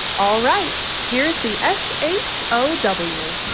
all right. here's the s h o w